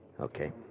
Okay